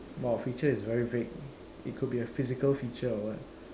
wow feature is very vague it could be a physical feature or what